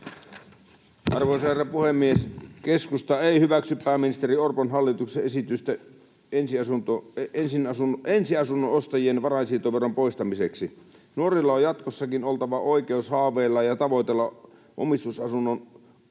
Arvoisa herra puhemies! Keskusta ei hyväksy pääministeri Orpon hallituksen esitystä ensiasunnon ostajien varainsiirtoverovapauden poistamiseksi. Nuorilla on jatkossakin oltava oikeus haaveilla ja tavoitella omistusasunnon ostamista.